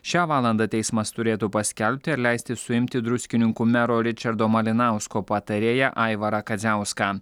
šią valandą teismas turėtų paskelbti ar leisti suimti druskininkų mero ričardo malinausko patarėją aivarą kadziauską